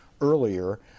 earlier